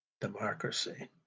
democracy